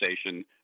Station